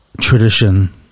tradition